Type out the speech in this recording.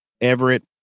Everett